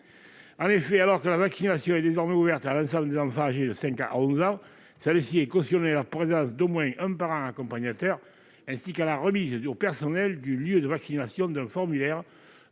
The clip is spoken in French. Alors que la vaccination est désormais ouverte à l'ensemble des enfants âgés de 5 à 11 ans, celle-ci est subordonnée à la présence d'au moins un parent accompagnateur, ainsi qu'à la remise au personnel du lieu de vaccination d'un formulaire